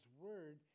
word